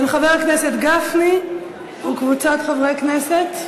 של חבר הכנסת גפני וקבוצת חברי הכנסת,